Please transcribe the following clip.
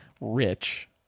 rich